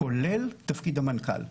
כולל תפקיד המנכ"ל.